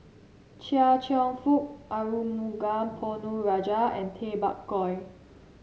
Chia Cheong Fook Arumugam Ponnu Rajah and Tay Bak Koi